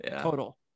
total